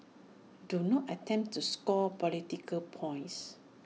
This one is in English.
do not attempt to score political points